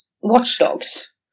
watchdogs